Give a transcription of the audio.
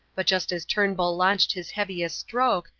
but just as turnbull launched his heaviest stroke,